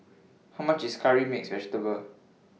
How much IS Curry Mixed Vegetable